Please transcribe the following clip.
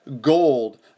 gold